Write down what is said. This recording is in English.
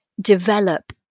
develop